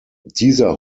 dieser